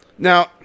Now